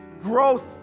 Growth